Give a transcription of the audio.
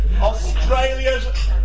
Australia's